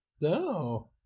No